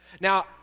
Now